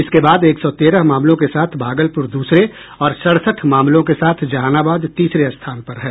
इसके बाद एक सौ तेरह मामलों के साथ भागलपुर द्रसरे और सड़सठ मामलों के साथ जहानाबाद तीसरे स्थान पर है